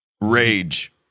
rage